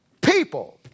People